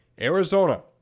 Arizona